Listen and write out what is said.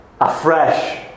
afresh